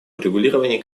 урегулировании